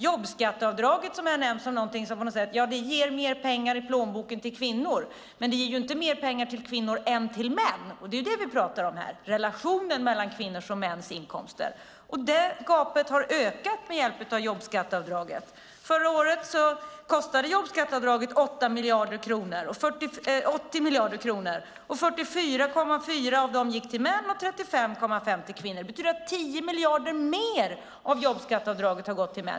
Jobbskatteavdraget har nämnts som något som ger mer pengar i plånboken till kvinnor. Det ger dock inte mer pengar till kvinnor än till män - och det vi pratar om nu är relationen mellan kvinnors och mäns inkomster. Det gapet har ökat på grund av jobbskatteavdraget. Förra året kostade jobbskatteavdraget 80 miljarder kronor. 44,4 miljarder gick till män och 35,5 miljarder gick till kvinnor. Det betyder att 10 miljarder mer av jobbskatteavdraget har gått till män.